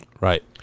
Right